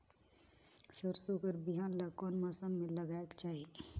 सरसो कर बिहान ला कोन मौसम मे लगायेक चाही?